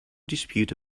dispute